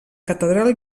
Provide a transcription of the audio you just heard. catedral